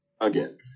Again